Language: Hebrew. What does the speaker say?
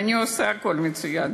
אני עושה הכול מצוין.